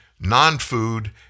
non-food